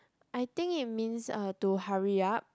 I think it means uh to hurry up